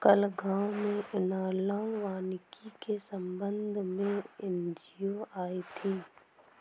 कल गांव में एनालॉग वानिकी के संबंध में एन.जी.ओ आई थी